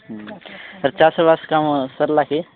ହୁଁ ଆଉ ଚାଷ ବାସ କାମ ସରିଲା କି